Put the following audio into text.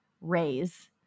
raise